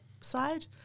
side